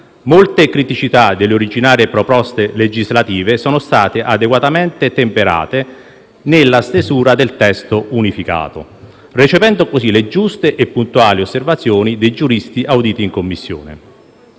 Molte criticità delle originarie proposte legislative sono state adeguatamente temperate nella stesura del testo unificato, recependo così le giuste e puntuali osservazioni dei giuristi auditi in Commissione.